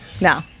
No